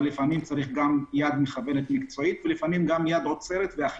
אבל לפעמים צריך גם יד מכוונת מקצועית ולפעמים גם יד עוצרת ואכיפה.